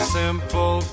simple